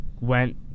went